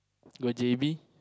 go J_B